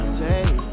take